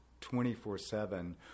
24-7